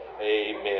amen